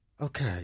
Okay